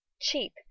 Cheap